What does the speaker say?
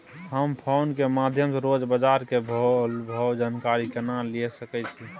हम फोन के माध्यम सो रोज बाजार के मोल भाव के जानकारी केना लिए सके छी?